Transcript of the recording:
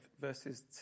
verses